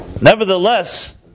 Nevertheless